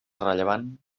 rellevant